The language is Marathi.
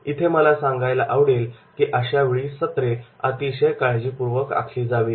इथे मला सांगायला आवडेल की अशावेळी सत्रे अतिशय काळजीपूर्वक आखली जावीत